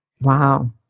Wow